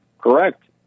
Correct